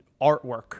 artwork